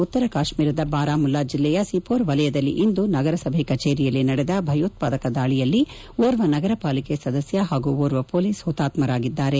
ಉತ್ತರ ಕಾಶ್ವೀರದ ಬಾರಾಮುಲ್ಲಾ ಜಿಲ್ಲೆಯ ಸಿಪೋರ್ ವಲಯದಲ್ಲಿ ಇಂದು ನಗರಸಭೆ ಕಚೇರಿಯಲ್ಲಿ ನಡೆದ ಭಯೋತ್ವಾದಕ ದಾಳಿಯಲ್ಲಿ ಓರ್ವ ನಗರಪಾಲಿಕೆ ಸದಸ್ಯ ಹಾಗು ಓರ್ವ ಪೊಲೀಸ್ ಹುತಾತ್ಸರಾಗಿದ್ದಾರೆ